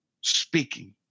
speaking